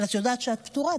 אבל את יודעת שאת פטורה,